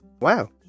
Wow